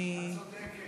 את צודקת.